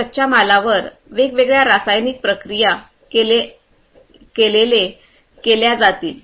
या कच्च्या मालावर वेगवेगळ्या रासायनिक प्रक्रिया केलेले केल्या जातील